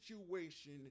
situation